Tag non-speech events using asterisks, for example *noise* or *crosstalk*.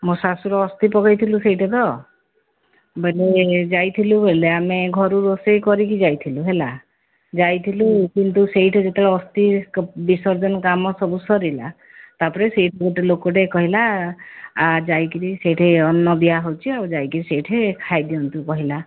ମୋ ଶାଶୁର ଅସ୍ଥି ପକେଇ ଥିଲୁ ସେଇଠି ତ *unintelligible* ଯାଇଥିଲୁ ହେଲେ ଆମେ ଘରୁ ରୋଷେଇ କରି ଯାଇଥିଲୁ ହେଲା ଯାଇଥିଲୁ କିନ୍ତୁ ସେଇଠି ଯେତେବେଳେ ଅସ୍ଥି ବିସର୍ଜନ କାମ ସବୁ ସରିଲା ତାପରେ ସେଇଠି ଗୋଟେ ଲୋକଟେ କହିଲା ଯାଇକିରି ସେଇଠି ଅନ୍ନ ଦିଆହେଉଛି ଆଉ ଯାଇକି ସେଇଠି ଖାଇ ଦିଅନ୍ତୁ କହିଲା